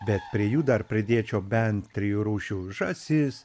bet prie jų dar pridėčiau ben trijų rūšių žąsis